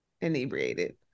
inebriated